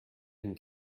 ihn